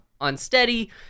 unsteady